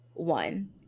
One